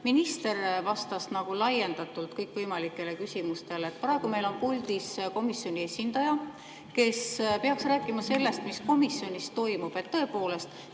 Minister vastas nagu laiendatult kõikvõimalikele küsimustele. Praegu meil on puldis komisjoni esindaja, kes peaks rääkima sellest, mis komisjonis toimus. Tõepoolest,